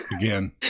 Again